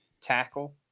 tackle